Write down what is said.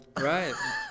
Right